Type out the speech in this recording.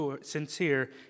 sincere